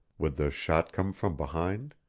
would the shot come from behind?